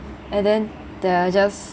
and then they are just